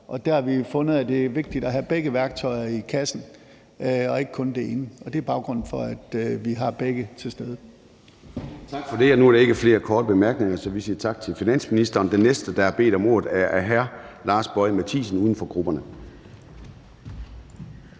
Der har vi jo fundet, at det er vigtigt at have begge værktøjer i kassen og ikke kun det ene. Det er baggrunden for, at vi har begge ting til stede.